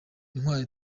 intwari